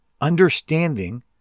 understanding